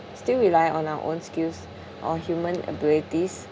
still rely on our own skills or human abilities